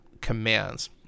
commands